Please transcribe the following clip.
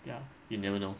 ya you never know